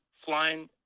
flying